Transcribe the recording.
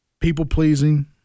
people-pleasing